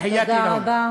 ברכותי להם.) תודה רבה.